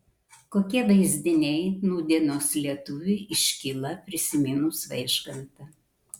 kokie vaizdiniai nūdienos lietuviui iškyla prisiminus vaižgantą